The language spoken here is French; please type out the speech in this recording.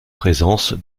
présence